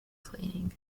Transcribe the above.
cleaning